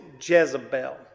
Jezebel